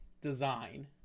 design